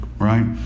Right